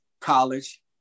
college